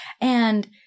and-